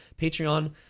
Patreon